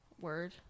Word